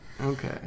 Okay